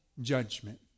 judgment